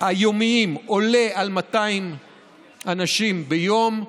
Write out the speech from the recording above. היומי עולה על 200 אנשים ביום,